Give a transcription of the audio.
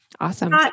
Awesome